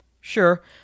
Sure